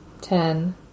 ten